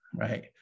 right